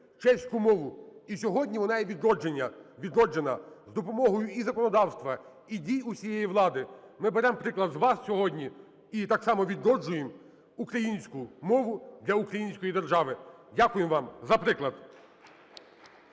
чеську мову. І сьогодні вона є відроджена з допомогою і законодавства, і дій усієї влади. Ми беремо приклад з вас сьогодні і так само відроджуємо українську мову для української держави. Дякуємо вам за приклад.